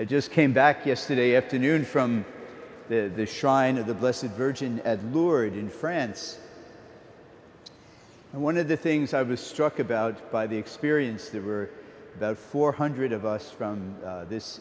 i just came back yesterday afternoon from the shrine of the blessed virgin lured in france and one of the things i was struck about by the experience there were about four hundred of us from this